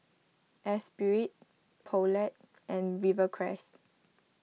Esprit Poulet and Rivercrest